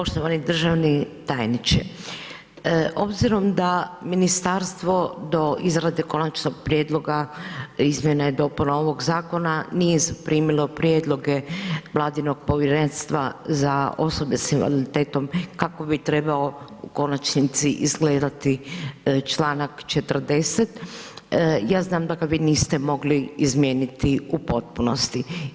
Poštovani državi tajniče, obzirom da ministarstvo do izrade konačnog prijedloga izmjena i dopuna ovog zakona nije zaprimili prijedloge vladinog Povjerenstva za osobe s invaliditetom kako bi trebao u konačnici izgledati Članak 40., ja znam da ga vi niste mogli izmijeniti u potpunosti.